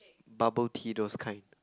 bubble tea those kind